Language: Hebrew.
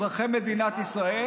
אזרחי מדינת ישראל.